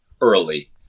early